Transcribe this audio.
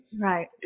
Right